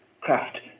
craft